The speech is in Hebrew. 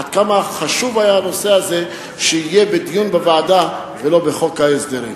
עד כמה חשוב היה שהנושא הזה יהיה בדיון בוועדה ולא בחוק ההסדרים.